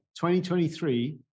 2023